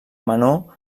menor